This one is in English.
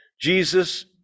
Jesus